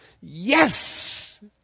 yes